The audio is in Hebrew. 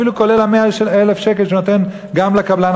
אפילו כולל ה-100,000 שקל שהוא נותן גם לקבלן,